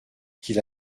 qu’il